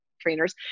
trainers